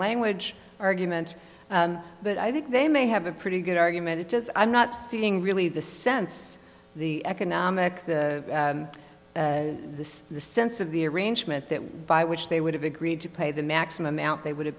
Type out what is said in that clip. language argument but i think they may have a pretty good argument it does i'm not seeing really the sense the economic and the the sense of the arrangement that by which they would have agreed to pay the maximum amount they would have